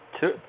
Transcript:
two